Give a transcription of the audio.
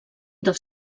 dels